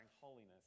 holiness